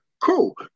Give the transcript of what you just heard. Cool